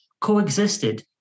coexisted